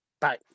Bye